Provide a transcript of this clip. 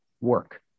work